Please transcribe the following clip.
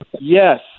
Yes